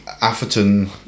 Atherton